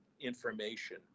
information